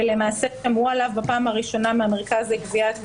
ולמעשה שמעו עליו בפעם הראשונה מהמרכז לגביית קנסות.